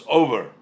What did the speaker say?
over